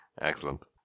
Excellent